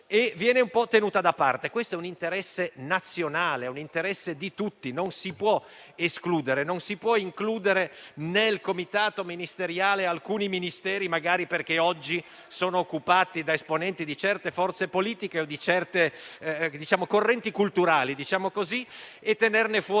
viene un po' tenuta da parte. Questo è un tema di interesse nazionale, che interessa tutti, non si può escludere nessuno, non si possono includere nel comitato ministeriale alcuni Ministeri, magari perché oggi sono occupati da esponenti di certe forze politiche o di certe correnti culturali, e tenerne fuori